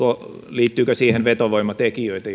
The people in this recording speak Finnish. liittyykö siihen vetovoimatekijöitä